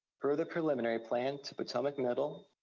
per the preliminary plan to potomac middle,